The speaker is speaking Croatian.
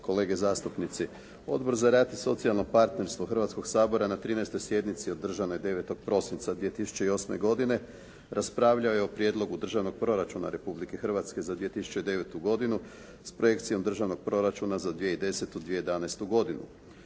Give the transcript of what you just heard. kolege zastupnici. Odbor za rad i socijalno partnerstvo Hrvatskoga sabora na 13. sjednici održanoj 9. prosinca 2008. godine raspravljao je o Prijedlogu državnog proračuna Republike Hrvatske za 2009. godinu s Projekcijom državnog proračuna za 2010. i 2011. godinu